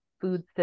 food